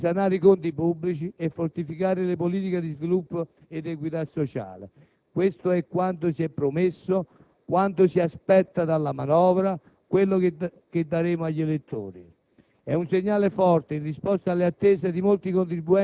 si realizzerebbe ampiamente il duplice obiettivo di risanare i conti pubblici e fortificare le politiche di sviluppo ed equità sociale. Questo è quanto si è promesso, quanto ci si aspetta dalla manovra, quello che daremo agli elettori.